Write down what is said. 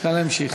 נא להמשיך.